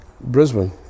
Brisbane